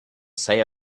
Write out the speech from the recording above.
say